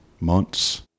months